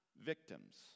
victims